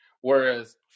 Whereas